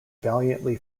valiantly